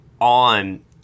on